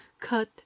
cut